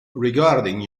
regarding